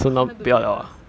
I wanted to be a nurse